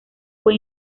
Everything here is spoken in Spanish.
fue